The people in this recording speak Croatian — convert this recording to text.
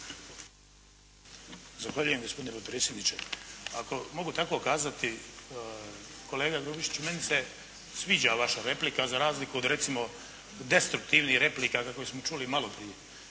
Zahvaljujem gospodine potpredsjedniče. Ako mogu tako kazati, kolega Grubišić meni se sviđa vaša replika za razliku od destruktivnih replika kakve smo čuli maloprije.